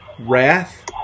wrath